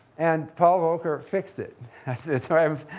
and paul volcker fixed it so um